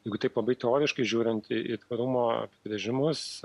jeigu taip labai teoriškai žiūrint į tvarumo apibrėžimus